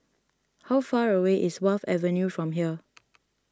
how far away is Wharf Avenue from here